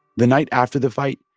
the night after the fight,